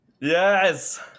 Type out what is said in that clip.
Yes